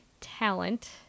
talent